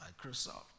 Microsoft